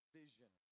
vision